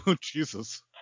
Jesus